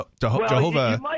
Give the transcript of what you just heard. Jehovah